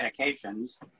medications